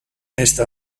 esta